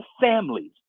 families